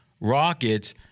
Rockets